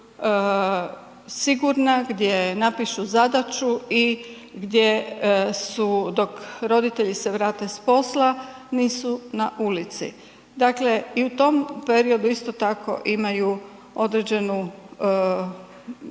gdje napišu zadaću i gdje su dok roditelji se vrate s posla nisu na ulici. Dakle i u tom periodu isto tako imaju određenu skrb